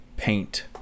paint